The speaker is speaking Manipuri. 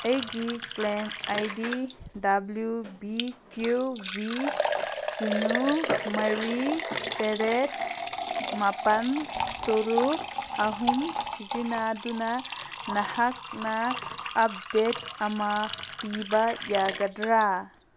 ꯑꯩꯒꯤ claim I D W B Q B ꯁꯤꯅꯣ ꯃꯔꯤ ꯇꯔꯦꯠ ꯃꯥꯄꯜ ꯇꯔꯨꯛ ꯑꯍꯨꯝ ꯁꯤꯖꯤꯟꯅꯗꯨꯅ ꯅꯍꯥꯛꯅ ꯑꯞꯗꯦꯗ ꯑꯃ ꯄꯤꯕ ꯌꯥꯒꯗ꯭ꯔꯥ